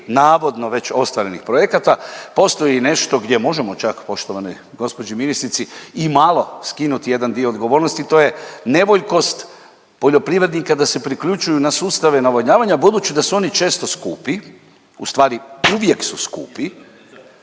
navodno već ostvarenih projekata, postoj nešto gdje možemo čak poštovanoj gđi ministrici i malo skinuti jedan dio odgovornosti, to je nevoljkost poljoprivrednika da se priključuju na sustave navodnjavanja budući da su oni često skupi, ustvari uvijek su skupi,